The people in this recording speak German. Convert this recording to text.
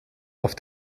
auf